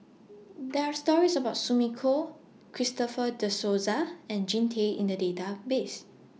There Are stories about Sumiko Christopher De Souza and Jean Tay in The Database